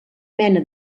mena